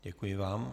Děkuji vám.